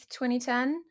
2010